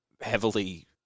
heavily